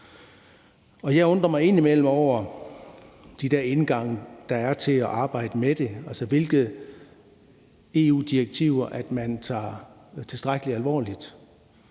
Jeg undrer mig indimellem over de der indgange, der er til at arbejde med det, altså hvilke EU-direktiver man tager tilstrækkelig alvorligt,